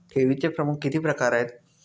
ठेवीचे प्रमुख किती प्रकार आहेत?